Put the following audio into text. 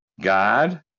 god